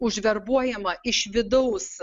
užverbuojama iš vidaus